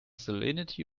salinity